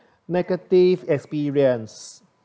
negative experience